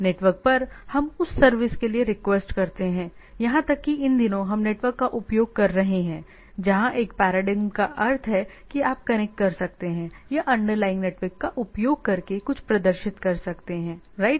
network पर हम उस सर्विस के लिए रिक्वेस्ट करते हैं यहां तक कि इन दिनों हम नेटवर्क का उपयोग कर रहे हैं जहां एक पैराडिग्म का अर्थ है की आप कनेक्ट कर सकते हैं या अंडरलाइनग नेटवर्क का उपयोग करके कुछ प्रदर्शित कर सकते हैं राइट